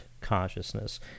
consciousness